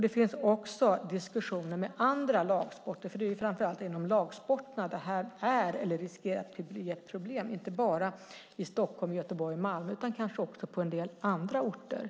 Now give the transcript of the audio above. Det förs också diskussioner med andra lagsporter, för det är ju framför allt inom lagsporterna det här riskerar att bli ett problem, inte bara i Stockholm, Göteborg och Malmö utan kanske också på en del andra orter.